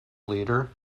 leader